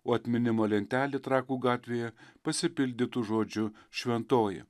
o atminimo lentelė trakų gatvėje pasipildytų žodžiu šventoji